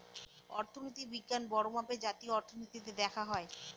অর্থনীতি বিজ্ঞান বড়ো মাপে জাতীয় অর্থনীতিতে দেখা হয়